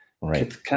Right